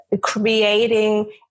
creating